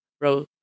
row